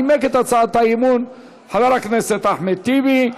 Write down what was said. נימק את הצעת האי-אמון חבר הכנסת אחמד טיבי.